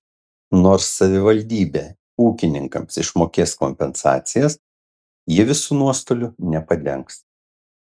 nors savivaldybė ūkininkams išmokės kompensacijas ji visų nuostolių nepadengs